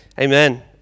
Amen